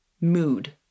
mood